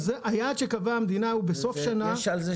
את מה שזורם